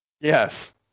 Yes